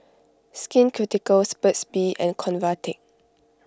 Skin Ceuticals Burt's Bee and Convatec